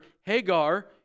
Hagar